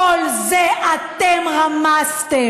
את כל זה אתם רמסתם,